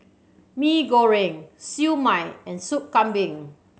Mee Goreng Siew Mai and Sup Kambing